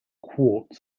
quartz